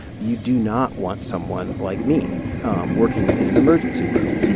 you do not want someone like me working in an emergency room.